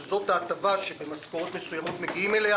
שזו ההטבה שבמשכורות מסוימות מגיעים אליה